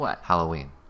Halloween